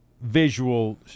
visual